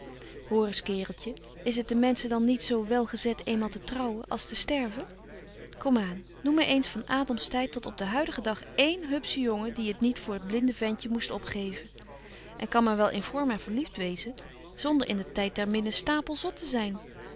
eens kereltje is het den mensche dan niet zo wel gezet eenmaal te trouwen als te sterven kom aan noem my eens van adams tyd tot op den huidigen dag één hupschen jongen die het niet voor het blinde ventje moest opgeven en kan men wel in forma verlieft wezen zonder in den tyd der minne stapel zot te zyn